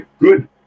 good